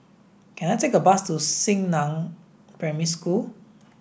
can I take a bus to Xingnan Primary School